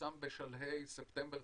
שפורסם בשלהי ספטמבר,